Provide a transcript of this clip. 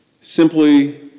simply